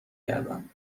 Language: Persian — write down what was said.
کردم